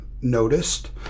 noticed